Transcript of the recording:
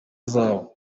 zabo